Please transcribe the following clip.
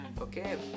okay